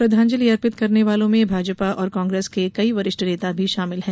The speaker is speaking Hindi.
श्रद्वांजलि अर्पित करने वालों में भाजपा और कांग्रेस के कई वरिष्ठ नेता भी शामिल हैं